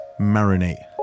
marinate